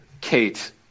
Kate